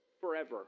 forever